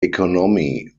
economy